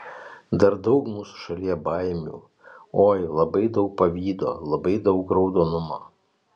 dar daug mūsų šalyje baimių oi labai daug pavydo labai daug raudonumo